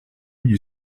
louis